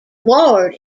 ward